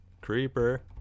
Creeper